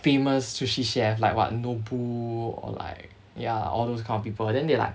famous sushi chef like what nobu or like ya all those kind of people then they like